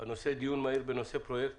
הנושא הוא דיון מהיר בנושא פרויקט